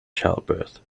childbirth